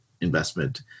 investment